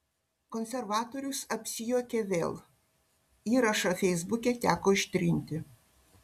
konservatorius apsijuokė vėl įrašą feisbuke teko ištrinti